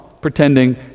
pretending